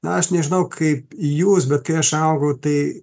na aš nežinau kaip jūs bet kai aš augau tai